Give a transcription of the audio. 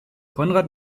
konrad